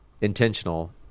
intentional